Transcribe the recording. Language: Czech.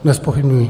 Nezpochybňuji.